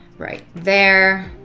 right there.